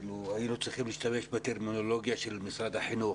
היינו צריכים להשתמש בטרמינולוגיה של משרד החינוך,